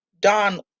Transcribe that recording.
Don